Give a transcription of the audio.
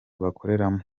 bakoreramo